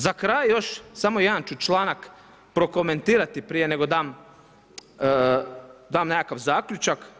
Za kraj još samo jedan ću članak prokomentirati prije nego dam nekakav zaključak.